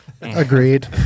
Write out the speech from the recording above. Agreed